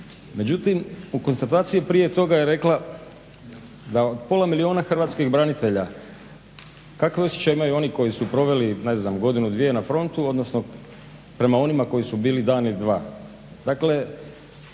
Međutim, u konstataciji prije toga je rekla da pola milijuna hrvatskih branitelja, kakve osjećaje imaju oni koji su proveli godinu, dvije na frontu odnosno prema onima koji su bili dan ili dva.